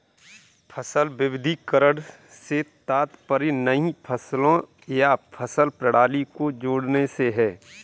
फसल विविधीकरण से तात्पर्य नई फसलों या फसल प्रणाली को जोड़ने से है